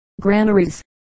granaries